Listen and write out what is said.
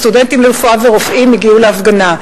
סטודנטים לרפואה ורופאים הגיעו להפגנה.